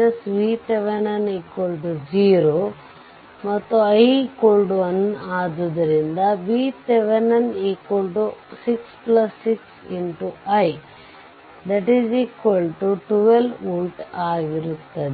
VThevenin 0 ಮತ್ತು i 1 ಆದ್ದರಿಂದ VThevenin 6 6 i VThevenin 12 volt ಆಗಿರುತ್ತದೆ